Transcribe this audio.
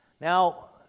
Now